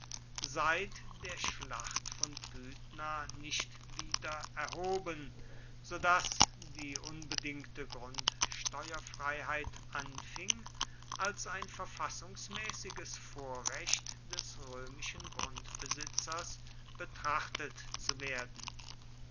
seit der schlacht von pydna nicht wieder erhoben so daß die unbedingte grundsteuerfreiheit anfing als ein verfassungsmäßiges vorrecht des römischen grundbesitzers betrachtet zu werden